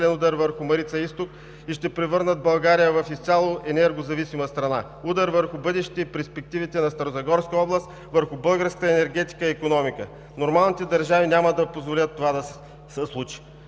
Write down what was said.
Нормалните държави няма да позволят това да се случи.